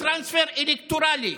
-- גם טרנספר אלקטורלי.